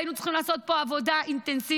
והיינו צריכים לעשות פה עבודה אינטנסיבית,